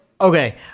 okay